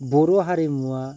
बर' हारिमुवा